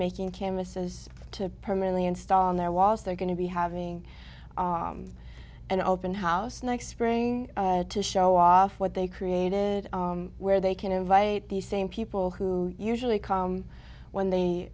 making camus's to permanently installed their walls they're going to be having an open house next spring to show off what they created where they can invite the same people who usually call when they